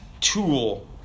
tool